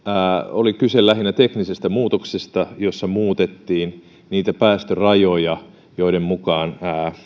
oli kyse lähinnä teknisestä muutoksesta jossa muutettiin niitä päästörajoja joiden mukaan